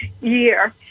year